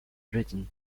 britain